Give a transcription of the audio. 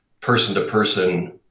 person-to-person